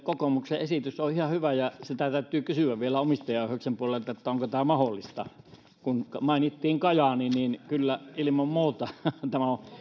kokoomuksen esitys on ihan hyvä ja sitä täytyy kysyä vielä omistajaohjauksen puolelta onko tämä mahdollista mainittiin kajaani kyllä ilman muuta tämä on